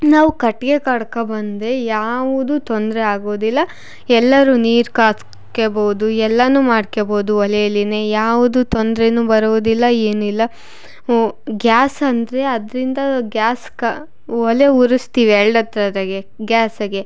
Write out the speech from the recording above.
ನಾವು ಕಟ್ಟಿಗೆ ಕಡ್ಕೊ ಬಂದೆ ಯಾವುದು ತೊಂದರೆ ಆಗೋದಿಲ್ಲ ಎಲ್ಲರೂ ನೀರು ಕಾದ್ಸ್ಕೆಬೋದು ಎಲ್ಲಾನೂ ಮಾಡ್ಕೋಬೋದು ಒಲೆಲ್ಲಿನೇ ಯಾವುದು ತೊಂದರೆನೂ ಬರುವುದಿಲ್ಲ ಏನಿಲ್ಲ ಹ್ಞೂ ಗ್ಯಾಸ್ ಅಂದರೆ ಅದರಿಂದ ಗ್ಯಾಸ್ ಕಾ ಒಲೆ ಉರಿಸ್ತೀವಿ ಎರಡು ಹೊತ್ತು ಅದ್ರಾಗೆ ಗ್ಯಾಸಗೆ